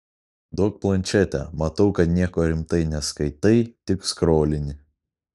duok plančetę matau kad nieko rimtai neskaitai tik skrolini